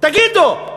תגידו?